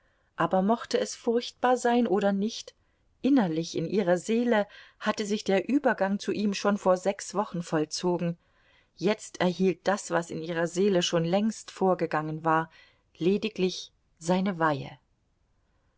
aber mochte es furchtbar sein oder nicht innerlich in ihrer seele hatte sich der übergang zu ihm schon vor sechs wochen vollzogen jetzt erhielt das was in ihrer seele schon längst vorgegangen war lediglich seine weihe